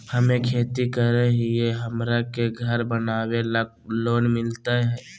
हमे खेती करई हियई, हमरा के घर बनावे ल लोन मिलतई?